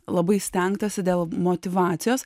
labai stengtasi dėl motyvacijos